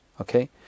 okay